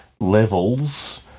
Levels